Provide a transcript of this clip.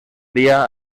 dia